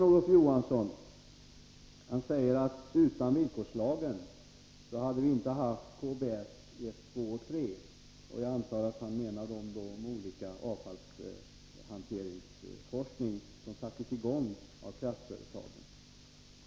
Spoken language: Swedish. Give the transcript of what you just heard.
Olof Johansson säger att utan villkorslagen hade vi inte haft KBS 1,2 och 3; jag antar att han menar de olika forskningsprojekt beträffande avfallshantering som sattes i gång av kraftföretagen.